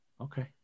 Okay